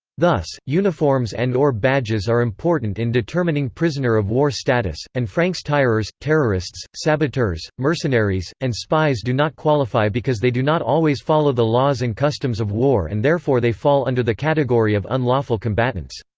thus, uniforms and or badges are important in determining prisoner-of-war status and francs-tireurs, terrorists, saboteurs, mercenaries, and spies do not qualify because they do not always follow the laws and customs of war and therefore they fall under the category of unlawful combatants.